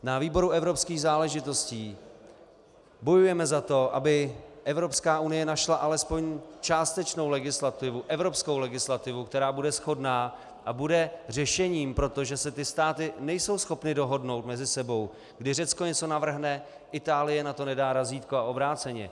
Na výboru pro evropské záležitosti bojujeme za to, aby Evropská unie našla alespoň částečnou legislativu, evropskou legislativu, která bude shodná a bude řešením, protože ty státy nejsou schopny se dohodnout mezi sebou, kdy Řecko něco navrhne, Itálie na to nedá razítko a obráceně.